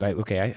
okay